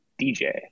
DJ